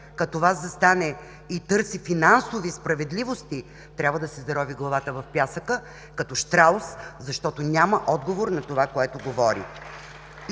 като Вас застане и търси финансови справедливости, трябва да си зарови главата в пясъка като щраус, защото няма отговор на това, което говори.